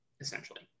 essentially